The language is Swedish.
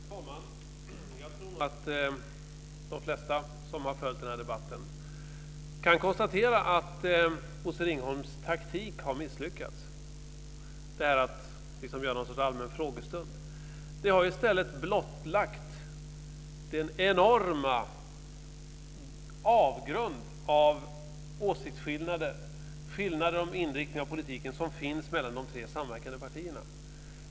Herr talman! Jag tror att de flesta som har följt den här debatten kan konstatera att Bosse Ringholms taktik att göra detta till någon sorts allmän frågestund har misslyckats. Den har i stället blottlagt den enorma avgrund av åsiktsskillnader när det gäller inriktningen av politiken som finns mellan de tre samverkande partierna.